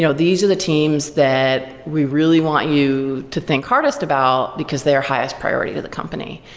you know these are the teams that we really want you to think hardest about, because they are highest priority to the company.